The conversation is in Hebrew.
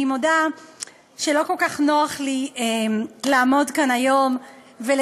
אני מודה שלא כל כך נוח לי לעמוד כאן היום ולדבר,